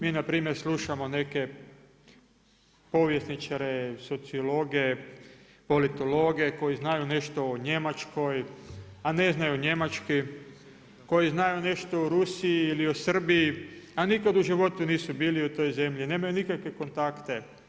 Mi npr. slušamo neke povjesničare, sociologe, politologe koji znaju nešto o Njemačkoj, a ne znaju njemački, koji znaju nešto o Rusiji ili o Srbiji a nikada u životu nisu bili u toj zemlji, nemaju nikakve kontakte.